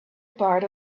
part